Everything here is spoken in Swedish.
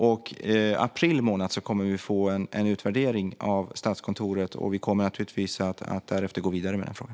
I april månad kommer vi att få en utvärdering av Statskontoret, och vi kommer naturligtvis därefter att gå vidare med frågan.